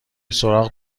سراغ